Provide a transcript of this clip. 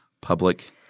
Public